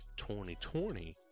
2020